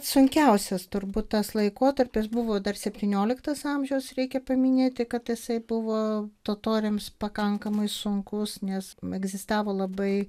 sunkiausias turbūt tas laikotarpis buvo dar septynioliktas amžius reikia paminėti kad jisai buvo totoriams pakankamai sunkus nes egzistavo labai